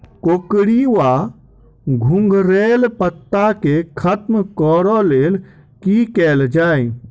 कोकरी वा घुंघरैल पत्ता केँ खत्म कऽर लेल की कैल जाय?